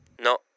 No